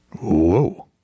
Whoa